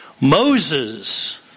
Moses